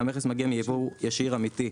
המכס מגיע מיבוא ישיר אמיתי,